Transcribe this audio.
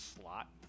slot